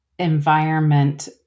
Environment